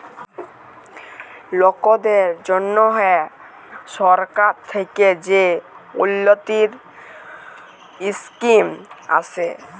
লকদের জ্যনহে সরকার থ্যাকে যে উল্ল্যতির ইসকিম আসে